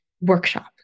workshop